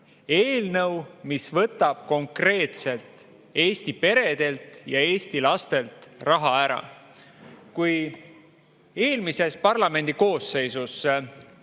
Eelnõu, mis võtab konkreetselt Eesti peredelt ja Eesti lastelt raha ära. Kui eelmises parlamendi koosseisus